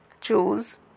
choose